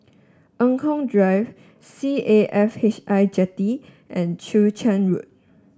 Eng Kong Drive C A F H I Jetty and Chwee Chian Road